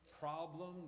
problem